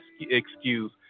excuse